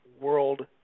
World